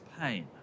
pain